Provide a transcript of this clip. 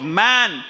man